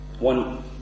One